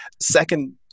Second